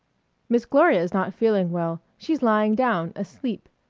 miss gloria's not feeling well. she's lying down, asleep.